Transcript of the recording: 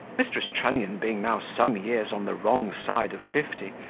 mrs. trunnion being now some years on the wrong side of fifty,